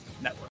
Network